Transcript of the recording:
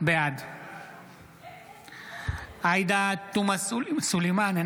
בעד עאידה תומא סלימאן,